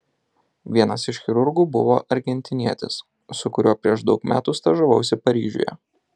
vienas iš chirurgų buvo argentinietis su kuriuo prieš daug metų stažavausi paryžiuje